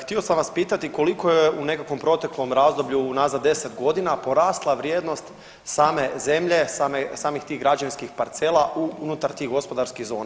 Htio sam vas pitati koliko je u nekakvom proteklom razdoblju unazad 10 godina porasla vrijednost same zemlje, samih tih građevinskih parcela unutar tih gospodarskih zona?